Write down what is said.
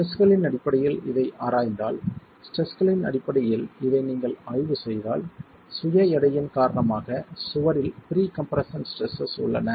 ஸ்ட்ரெஸ்களின் அடிப்படையில் இதை ஆராய்ந்தால் ஸ்ட்ரெஸ்களின் அடிப்படையில் இதை நீங்கள் ஆய்வு செய்தால் சுய எடையின் காரணமாக சுவரில் ப்ரீ கம்ப்ரெஸ்ஸன் ஸ்ட்ரெஸ்ஸஸ் உள்ளன